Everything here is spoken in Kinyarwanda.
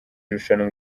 rushanwa